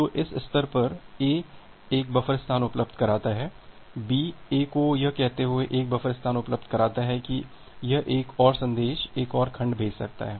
तो इस स्तर पर A एक बफर स्थान उपलब्ध कराता है B A को यह कहते हुए 1 बफर स्थान उपलब्ध कराता है कि यह एक और संदेश एक और खंड भेज सकता है